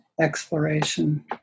exploration